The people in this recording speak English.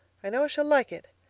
i know i shall like it,